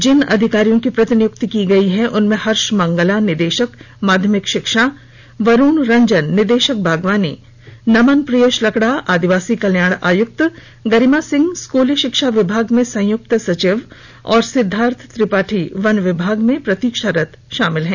जिन अधिकारियों की प्रतिनियुक्ति की गई है उनमें हर्ष मंगला निदेशक माध्यमिक शिक्षा वरुण रंजन निदेशक बागवानी नमन प्रियेश लकड़ा आदिवासी कल्याण आयुक्त गरिमा सिंह स्कूली शिक्षा विभाग में संयुक्त सचिव और सिद्धार्थ त्रिपाठी वन विभाग में प्रतीक्षारत शामिल हैं